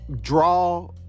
draw